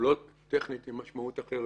או לא טכנית, עם משמעות אחרת.